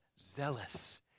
zealous